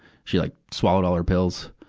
she like swallowed all her pills.